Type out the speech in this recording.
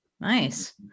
Nice